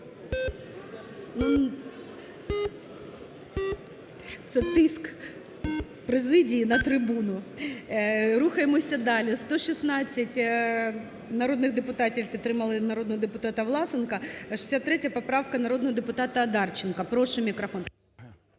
Це тиск Президії на трибуну. 11:09:26 За-116 Рухаємося далі. 116 народних депутатів підтримали народного депутата Власенка. 63 поправка, народного депутата Одарченка. Прошу мікрофон.